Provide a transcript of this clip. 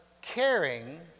caring